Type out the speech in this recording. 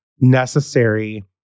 necessary